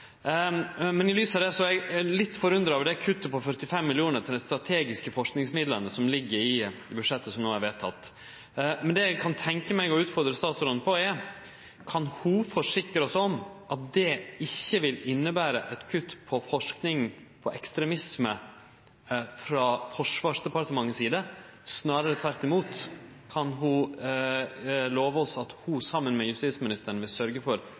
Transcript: Men det eg kan tenkje meg å utfordre statsråden på, er: Kan ho forsikre oss om at dette ikkje vil innebere eit kutt på forsking på ekstremisme frå Forsvarsdepartementet si side? Kan ho, snarare tvert imot, love oss at ho, saman med justisministeren, vil sørgje for